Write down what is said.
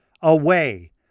away